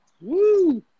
Woo